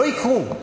לא יקרו.